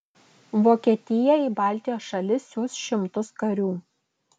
vokietija į baltijos šalis siųs šimtus karių